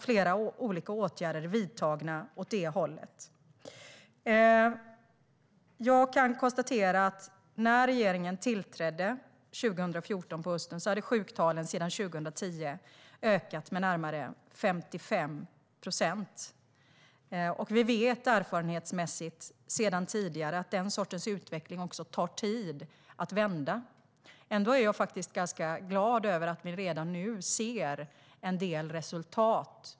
Flera olika åtgärder är dessutom vidtagna i den riktningen. När regeringen tillträdde hösten 2014 hade sjuktalen sedan 2010 ökat med närmare 55 procent. Erfarenhetsmässigt vet vi att den sortens utveckling tar tid att vända. Ändå är jag glad över att vi redan nu ser en del resultat.